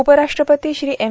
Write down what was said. उपराष्ट्रपती श्री एम